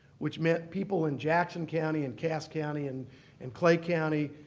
which meant people in jackson county and cass county and and clay county,